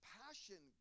passion